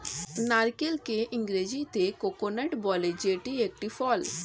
নারকেলকে ইংরেজিতে কোকোনাট বলে যেটি একটি ফল